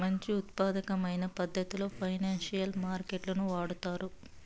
మంచి ఉత్పాదకమైన పద్ధతిలో ఫైనాన్సియల్ మార్కెట్ లను వాడుతారు